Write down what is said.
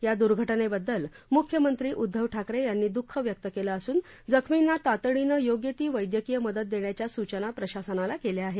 या दुर्घटनेबद्दल मुख्यमंत्री उद्दव ठाकरे यांनी दुःख व्यक्त केलं असून जखमींना तातडीनं योग्य ती वैद्यकीय मदत देण्याच्या सूचना प्रशासनाला केल्या आहेत